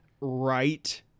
right